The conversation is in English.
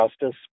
justice